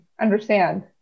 understand